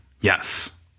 Yes